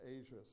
Asia